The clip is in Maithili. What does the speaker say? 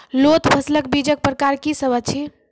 लोत फसलक बीजक प्रकार की सब अछि?